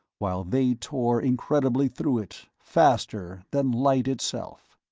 while they tore incredibly through it, faster than light itself.